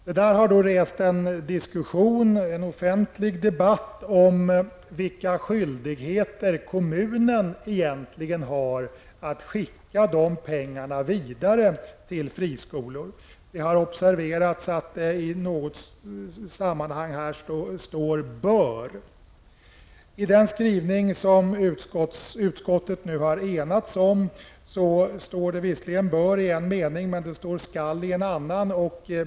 Detta har då lett till en diskussion, en offentlig debatt, om vilka skyldigheter kommunen egentligen har att skicka dessa pengar vidare till friskolorna. Det har observerats att det i något sammanhang står ''bör''. I den skrivning som utskottet nu har enats om står det visserligen ''bör'' i en mening, men det står ''skall'' i en annan.